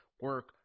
Work